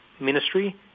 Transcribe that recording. ministry